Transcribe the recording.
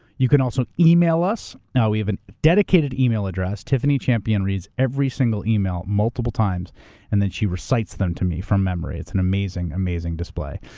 you can also email us. now, we have a dedicated email address, tiffany champion reads every single email multiple times and then she recites them to me from memory. it's an amazing, amazing display.